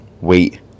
wait